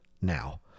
now